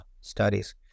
studies